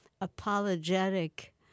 apologetic